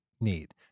need